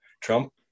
Trump